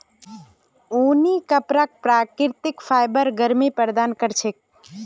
ऊनी कपराक प्राकृतिक फाइबर गर्मी प्रदान कर छेक